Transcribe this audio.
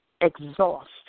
exhaust